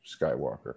Skywalker